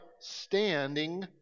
standing